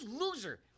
loser